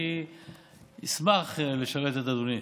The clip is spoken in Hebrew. אני אשמח לשרת את אדוני.